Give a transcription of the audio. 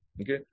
Okay